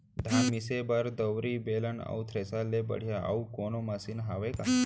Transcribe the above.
धान मिसे बर दउरी, बेलन अऊ थ्रेसर ले बढ़िया अऊ कोनो मशीन हावे का?